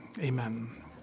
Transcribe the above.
Amen